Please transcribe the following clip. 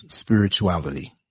spirituality